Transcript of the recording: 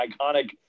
iconic